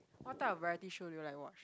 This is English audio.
what type of variety show do you like to watch